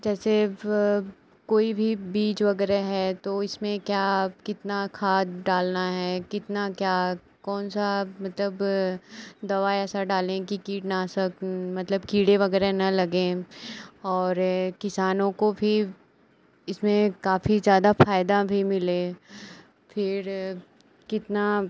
जैसे वह कोई भी बीज वग़ैरह है तो इसमें क्या कितनी खाद डालनी है कितना क्या कौन सी मतलब दवा ऐसी डालें कि कीटनाशक मतलब कीड़े वग़ैरह न लगें और किसानों को भी इसमें काफ़ी ज़्यादा फ़ायदा भी मिले फिर कितना